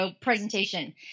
presentation